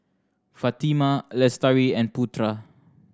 Fatimah Lestari and Putra